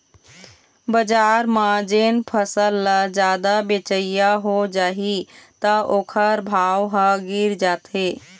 बजार म जेन फसल ल जादा बेचइया हो जाही त ओखर भाव ह गिर जाथे